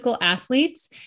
athletes